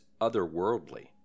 otherworldly